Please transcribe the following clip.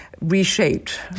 reshaped